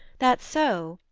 that so,